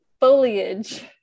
foliage